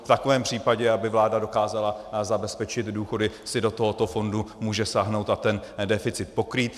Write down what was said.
V takovém případě aby vláda dokázala zabezpečit důchody, si do tohoto fondu může sáhnout a ten deficit pokrýt.